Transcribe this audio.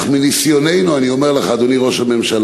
אך מניסיוננו, אני אומר לך, אדוני ראש הממשלה,